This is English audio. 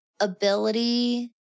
ability